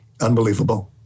unbelievable